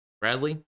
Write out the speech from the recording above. Bradley